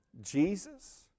Jesus